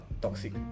toxic